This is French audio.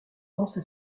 pense